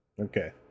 Okay